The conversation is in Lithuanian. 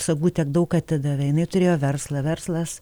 sagų tiek daug atidavė jinai turėjo verslą verslas